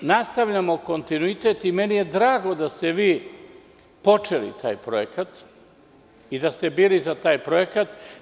Mi nastavljamo kontinuitet i meni je drago da ste vi počeli taj projekat i da ste bili za taj projekat.